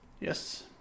Yes